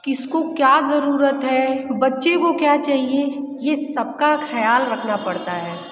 किसको क्या ज़रूरत है बच्चे को क्या चाहिए ये सब का ख़याल रखना पड़ता है